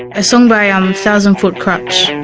and a song by um and thousand foot krutch and